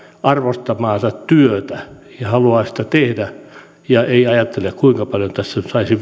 arvostamaansa työtä ja hän haluaa sitä tehdä eikä ajattele kuinka paljon tässä nyt saisi